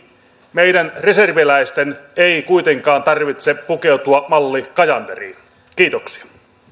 meidän reserviläisten ei kuitenkaan tarvitse pukeutua malli cajanderiin kiitoksia